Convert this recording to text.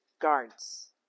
guards